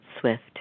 Swift